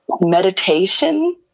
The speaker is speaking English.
meditation